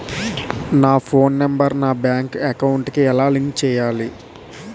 నా phone number నా bank account కి ఎలా లింక్ చేయాలి?